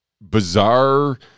bizarre